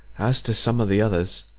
as to some of the others,